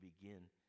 begin